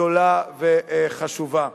וגדולה וחשובה.